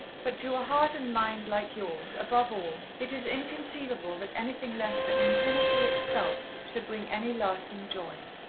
but to a heart and mind like yours, above all, it is inconceivable that anything less than infinity itself should bring any lasting joy.